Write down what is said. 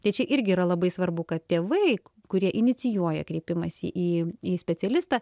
tai čia irgi yra labai svarbu kad tėvai kurie inicijuoja kreipimąsi į į specialistą